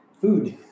food